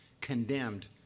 condemned